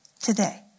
today